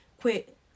quit